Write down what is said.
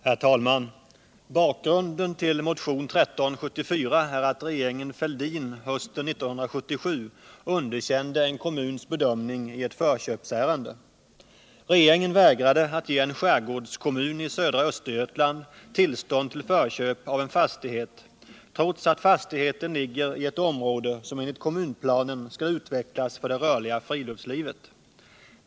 Herr talman! Bakgrunden till motionen 1374 är att regeringen Fälldin hösten 1977 underkände en kommuns bedömning i ett förköpsärende. Regeringen vägrade att ge en skärgårdskommun i södra Östergötland tillstånd till förköp av en fastighet trots att fastigheten ligger i ett område som enligt kommunplanen skall utvecklas för det rörliga friluftslivet.